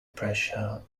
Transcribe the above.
pressure